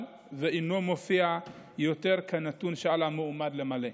ואינו מופיע יותר כנתון שעל המועמד למלא.